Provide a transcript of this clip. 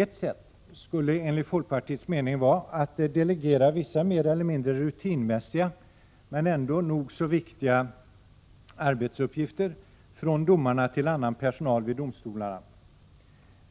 Ett sätt skulle enligt folkpartiets mening vara att delegera vissa mer eller mindre rutinmässiga men nog så viktiga arbetsuppgifter från domarna till annan personal vid domstolarna.